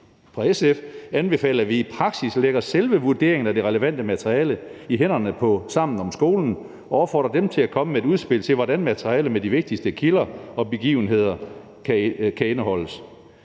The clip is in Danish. side anbefale, at vi i praksis lægger selve vurderingen af det relevante materiale i hænderne på Sammen om skolen og opfordrer dem til at komme med et udspil til, hvordan materialet med de vigtigste kilder og begivenheder kan indeholdes